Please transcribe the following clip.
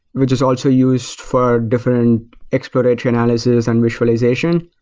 which is also used for different exploratory analysis and visualization.